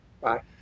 Bye